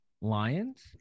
Lions